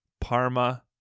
Parma